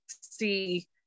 see